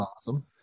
awesome